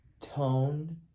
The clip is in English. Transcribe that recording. tone